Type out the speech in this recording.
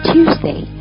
Tuesday